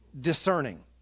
discerning